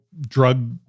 drug